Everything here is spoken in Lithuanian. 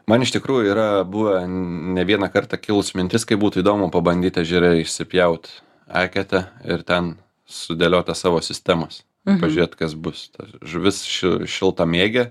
man iš tikrųjų yra buvę ne vieną kartą kilus mintis kaip būtų įdomu pabandyt ežere išsipjaut eketę ir ten sudėliot tą savo sistemas pažiūrėt kas bus ta žuvis šil šiltamiegė